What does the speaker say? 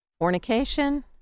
fornication